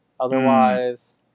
Otherwise